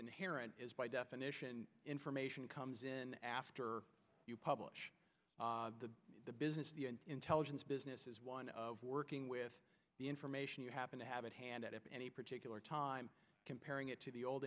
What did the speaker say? inherent is by definition information comes in after you publish the business the intelligence business is one of working with the information you happen to have at hand at any particular time comparing it to the old